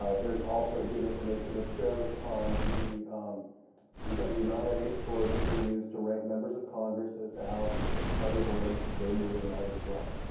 ah there's also good information that shows on the dw nominate scores that they use to rank members of congress as to how how they're voting. they're moving out as well.